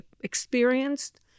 experienced